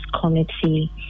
committee